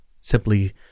Simply